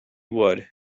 would